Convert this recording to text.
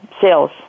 sales